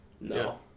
No